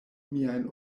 miajn